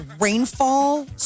rainfall